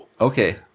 Okay